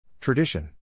Tradition